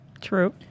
True